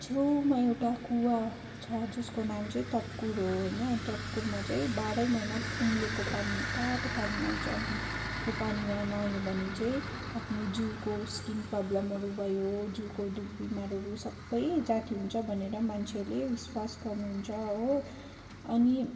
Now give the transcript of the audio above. छेउमा एउटा कुवा छ जसको नाम चाहिँ तप्कुर हो होइन तप्कुरमा चाहिँ बाह्रै महिना उम्लेको पानी तातो पानी आउँछ अन्त यो पानीमा नुहायो भने चाहिँ आफ्नो जिउको स्किन प्रब्लमहरू भयो जिउको दुःखबिमारहरू सबै जाती हुन्छ भनेर मान्छेहरूले विश्वास गर्नुहुन्छ हो अनि